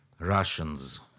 Russians